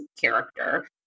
character